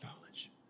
knowledge